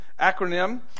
acronym